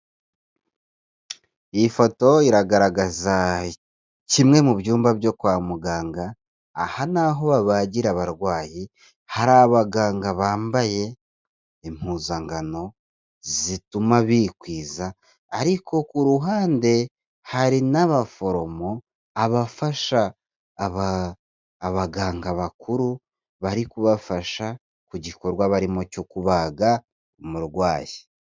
Iyi foto iragaragaza kimwe mu byumba byo kwa muganga, aha ni aho bagira abarwayi hari abaganga bambaye impuzankano zituma bikwiza, ariko ku ruhande hari n'abaforomo abafasha abaganga bakuru bari kubafasha ku gikorwa barimo cyo kubaga umurwayi.